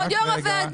כבוד יו"ר הוועדה.